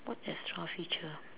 what extra feature